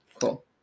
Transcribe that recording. Cool